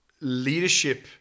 leadership